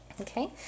Okay